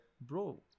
bro